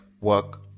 work